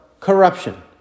corruption